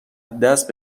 دست